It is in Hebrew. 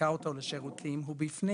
שמזכה אותו לשירותים, הוא בפנים.